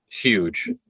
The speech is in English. huge